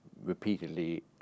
Repeatedly